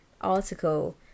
article